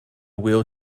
wheel